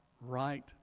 right